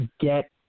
get